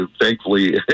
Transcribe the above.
thankfully